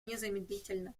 незамедлительно